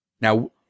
Now